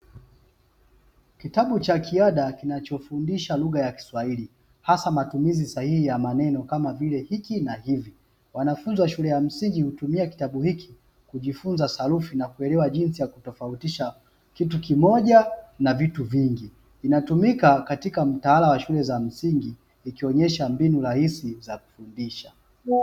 Kitabu cha kiada, kinachofundisha lugha ya kiswahili, hasa matumizi sahihi ya maneno kama vile "hiki" na "hivi". Wanafunzi wa shule ya msingi hutumia kitabu hiki kujifunza sarufi na kuelewa jinsi ya kutofautisha kitu kimoja na vitu vingi. Kinatumika katika mtaala wa shule za msingi, ikionyesha mbinu rahisi za kufundisha.